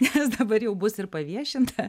nes dabar jau bus ir paviešinta